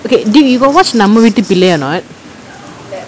okay dude you go watch Namma Veetu Pillai veetu pillai or not